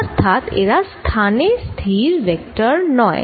অর্থাৎ এরা স্থানে স্থির ভেক্টর নয়